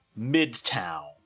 Midtown